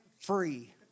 free